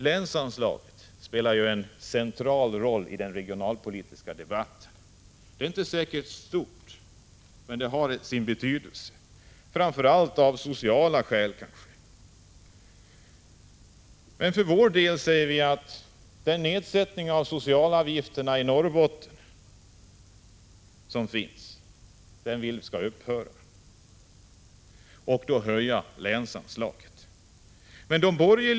Lö inte särskilt stort, men det har sin betydelse, framför allt av sociala anslaget spelar en central rolli den regionalpolitiska debatten. Det är Vi vill att nedsättningen av socialavgifterna i Norrbotten skall upphöra och att länsanslaget skall höjas.